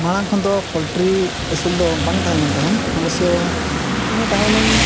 ᱢᱟᱲᱟᱝ ᱠᱷᱚᱱ ᱫᱚ ᱯᱚᱞᱴᱨᱤ ᱟᱹᱥᱩᱞ ᱫᱚ ᱵᱟᱝ ᱛᱟᱦᱮᱸ ᱞᱮᱱ ᱛᱟᱦᱮᱸᱫ ᱚᱵᱚᱥᱥᱚ ᱤᱧ ᱦᱚᱸ ᱛᱟᱦᱮᱱᱟᱹᱧ